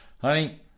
Honey